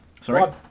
Sorry